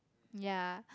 ya